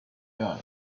gun